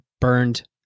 burned